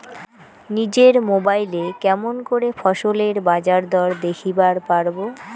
নিজের মোবাইলে কেমন করে ফসলের বাজারদর দেখিবার পারবো?